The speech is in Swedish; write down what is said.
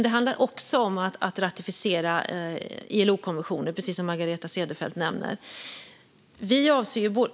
Det handlar också om att man ska ratificera ILO-konventionen, precis som Margareta Cederfelt nämner.